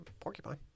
Porcupine